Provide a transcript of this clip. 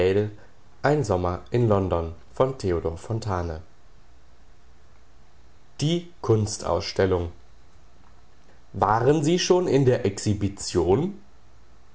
herüberschimmert die kunst ausstellung waren sie schon in der